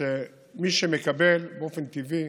שמי שמקבל באופן טבעי